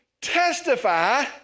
testify